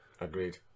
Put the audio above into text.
Agreed